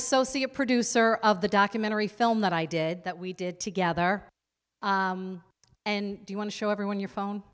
associate producer of the documentary film that i did that we did together and you want to show everyone your phone